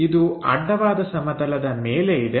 ಇದು ಅಡ್ಡವಾದ ಸಮತಲದ ಮೇಲೆ ಇದೆ